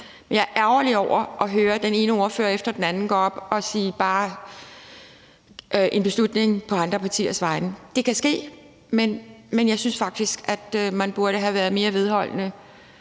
jeg er ærgerlig over at høre den ene ordfører efter den anden bare sige, at det er en beslutning på andre partiers vegne. Det kan ske, men jeg synes faktisk, at man burde have været mere vedholdende